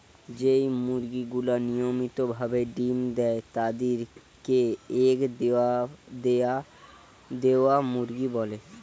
যেই মুরগি গুলা নিয়মিত ভাবে ডিম্ দেয় তাদির কে এগ দেওয়া মুরগি বলে